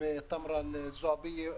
בטמרה אל-זועביה.